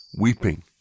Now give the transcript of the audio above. weeping